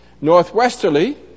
Northwesterly